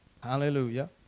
Hallelujah